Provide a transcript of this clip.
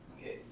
Okay